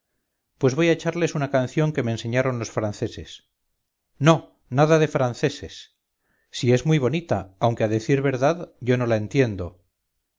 pues voy a echarles una canción que me enseñaron los franceses no nada de franceses si es muy bonita aunque a decir verdad yo no la entiendo